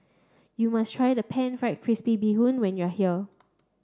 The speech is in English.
you must try the Pan Fried Crispy Bee Hoon when you are here